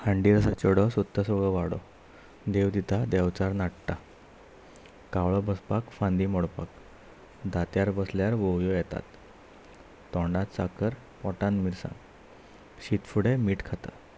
हांडीर आसा चेडो सोदता सगळो वाडो देव दिता देवचार नाटटा कावळो बसपाक फांदी मोडपाक दांत्यार बसल्यार वोवयो येतात तोंडांत साकर पोटान मिरसांग शीतफुडें मीठ खाता